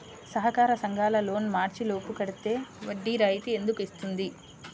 సహకార సంఘాల లోన్ మార్చి లోపు కట్టితే వడ్డీ రాయితీ ఎందుకు ఇస్తుంది?